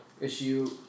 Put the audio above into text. issue